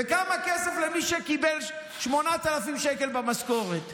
וכמה כסף למי שקיבל 8,000 שקל במשכורת.